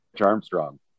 armstrong